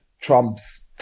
Trump's